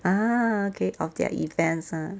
ah okay of their events lah